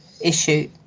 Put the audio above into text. issue